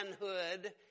manhood